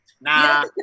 Nah